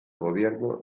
gobierno